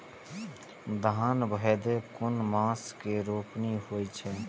धान भदेय कुन मास में रोपनी होय छै?